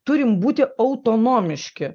turim būti autonomiški